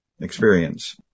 experience